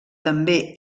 també